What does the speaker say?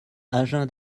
agen